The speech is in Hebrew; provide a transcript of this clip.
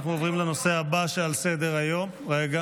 אנחנו עוברים לנושא הבא שעל סדר-היום הצעת